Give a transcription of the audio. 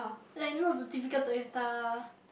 like you know the typical Toyota